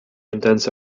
intense